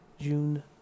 June